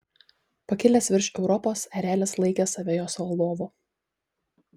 pakilęs virš europos erelis laikė save jos valdovu